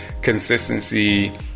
Consistency